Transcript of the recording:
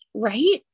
Right